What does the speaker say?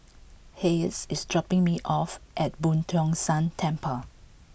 Hayes is dropping me off at Boo Tong San Temple